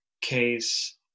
case